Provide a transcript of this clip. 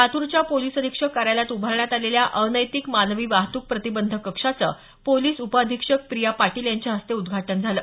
लातूरच्या पोलीस अधीक्षक कार्यालयात उभारण्यात आलेल्या अनैतिक मानवी वाहतूक प्रतिबंधक कक्षाचं पोलीस उपअधीक्षक प्रिया पाटील यांच्या हस्ते उद्घाटन झालं